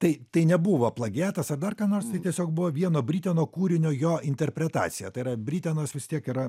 tai tai nebuvo plagiatas ar dar ką nors tai tiesiog buvo vieno briteno kūrinio jo interpretacija tai yra britenas vis tiek yra